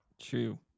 True